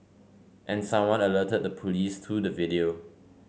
and someone alerted the police to the video